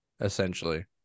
essentially